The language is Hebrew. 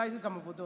אולי זה גם עבודות.